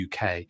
UK